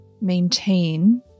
maintain